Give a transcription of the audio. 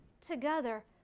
together